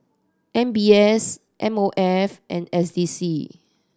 M B S M O F and S D C